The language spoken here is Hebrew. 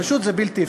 פשוט זה בלתי אפשרי.